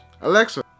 Alexa